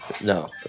No